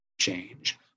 change